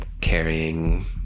carrying